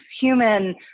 human